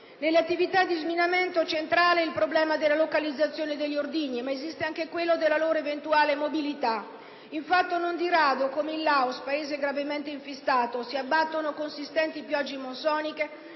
Nell'attività di sminamento resta centrale il problema della localizzazione degli ordigni, ma esiste anche quello della loro eventuale mobilità. Infatti, non di rado accade, come nel Laos che è un Paese gravemente infestato, che, quando si abbattono consistenti piogge monsoniche,